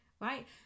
right